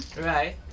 Right